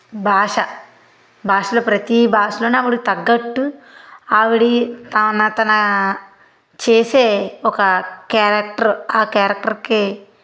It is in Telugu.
భాష బాషలో ప్రతి భాషలోని ఆవిడ తగ్గట్టు ఆవిడి తాన తన చేసే ఒక క్యారెక్టర్ ఆ క్యారెక్టర్కి